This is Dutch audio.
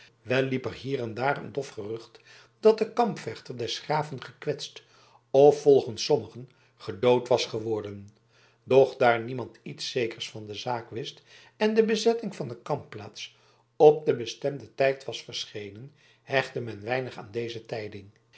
wel liep er hier en daar een dof gerucht dat de kamp vechter des graven gekwetst of volgens sommigen gedood was geworden doch daar niemand iets zekers van de zaak wist en de bezetting van de kampplaats op den bestemden tijd was verschenen hechtte men weinig aan deze tijding